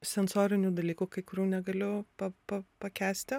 sensorinių dalykų kai kurių negaliu pa pa pakęsti